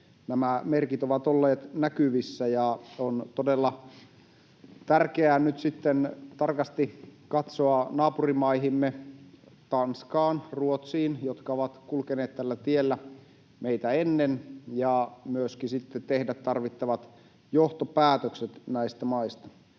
Nämä merkit ovat olleet näkyvissä, ja on todella tärkeää nyt sitten tarkasti katsoa naapurimaihimme — Tanskaan, Ruotsiin — jotka ovat kulkeneet tällä tiellä meitä ennen, ja myöskin tehdä tarvittavat johtopäätökset näistä maista.